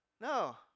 No